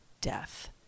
death